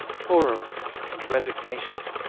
horror and resignation.